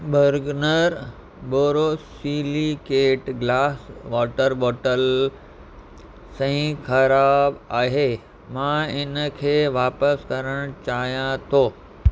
Bergner borosilicate glass water bottle शइ ख़राबु आहे मां इन खे वापसि करणु चाहियां थो